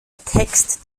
text